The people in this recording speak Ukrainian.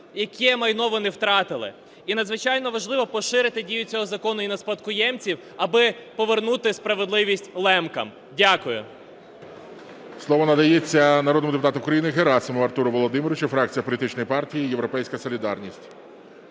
яке майно вони втратили. І надзвичайно важливо поширити дію цього закону і на спадкоємців, аби повернути справедливість лемкам. Дякую. ГОЛОВУЮЧИЙ. Слово надається народному депутату України Герасимову Артуру Володимировичу, фракція політичної партії "Європейська солідарність".